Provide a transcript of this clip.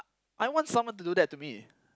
I want someone to do that to me